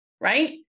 right